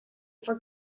for